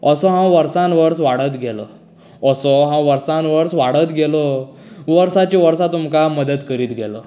असो हांव वर्सांन वर्स वाडत गेलो असो हांव वर्सांन वर्स वाडत गेलो वर्साचीं वर्सां तुमकां मदत करीत गेलो